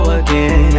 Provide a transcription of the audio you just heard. again